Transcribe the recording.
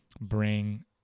bring